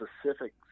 specific